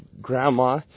grandma